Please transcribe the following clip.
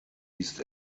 east